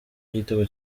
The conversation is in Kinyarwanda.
igitego